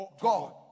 God